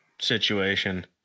situation